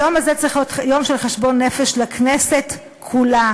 היום הזה צריך להיות יום של חשבון נפש לכנסת כולה.